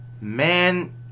man